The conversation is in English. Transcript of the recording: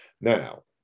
Now